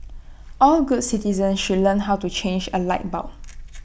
all good citizens should learn how to change A light bulb